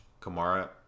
kamara